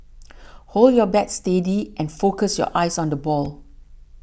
hold your bat steady and focus your eyes on the ball